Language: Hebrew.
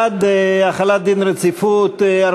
רצונה להחיל דין רציפות על